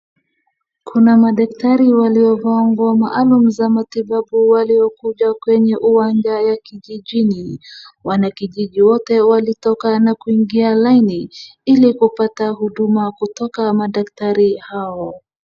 Kuna madaktari waliovaa nguo maalum za matibabu waliokuja kwenye uwanja ya kijijini. Wanakijiji wote walitoka na kuingia laini ili kupata huduma kutoka madaktari hao.